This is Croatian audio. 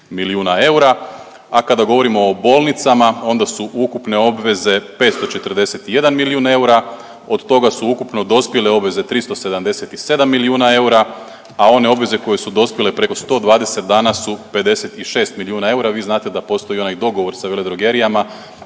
milijuna eura, a kada govorimo o bolnicama onda su ukupne obveze 541 milijun eura, od toga su ukupno dospjele obveze 377 milijuna eura, a one obveze koje su dospjele preko 120 dana su 56 milijuna eura. Vi znate da postoji onaj dogovor sa veledrogerijama